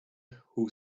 who